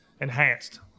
enhanced